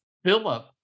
Philip